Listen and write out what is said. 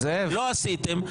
לא עשיתם,